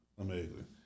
amazing